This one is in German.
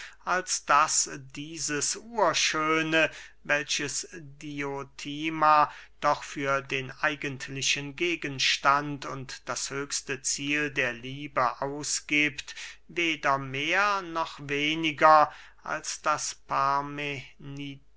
als daß dieses urschöne welches diotima doch für den eigentlichen gegenstand und das höchste ziel der liebe ausgiebt weder mehr noch weniger als das